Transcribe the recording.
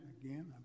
again